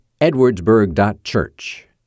edwardsburg.church